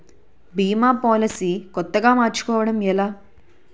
భీమా policy కొత్తగా మార్చుకోవడం ఎలా?